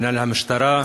עניין המשטרה,